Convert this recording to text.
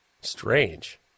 Strange